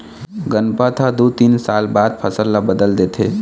गनपत ह दू तीन साल बाद फसल ल बदल देथे